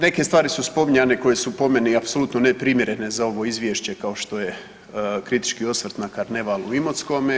Neke stvari su spominjanje koje su po meni apsolutno neprimjerene za ovo izvješće, kao što je kritički osvrt na karneval u Imotskome.